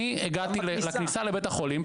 אני הגעתי לכניסה לבית החולים,